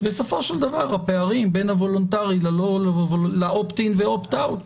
בסופו של דבר הפערים בין הוולונטרי לopt-in- וה-opt out,